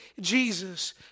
Jesus